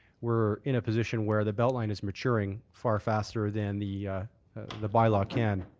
we're in a position where the beltline is maturing far faster than the the bylaw can.